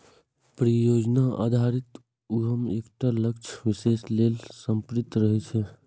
परियोजना आधारित उद्यम एकटा लक्ष्य विशेष लेल समर्पित रहै छै